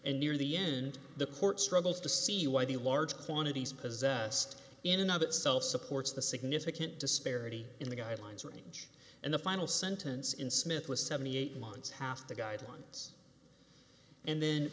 and near the end the court struggles to see why the large quantities possessed in another itself supports the significant disparity in the guidelines range and the final sentence in smith was seventy eight months half the guidelines and then